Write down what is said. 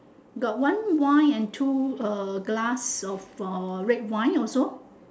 got one wine and two uh glass of uh red wine also